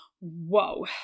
whoa